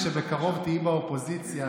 כשבקרוב תהיי באופוזיציה,